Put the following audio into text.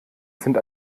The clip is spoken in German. sind